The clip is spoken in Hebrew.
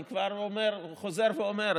אני כבר אומר וחוזר ואומר.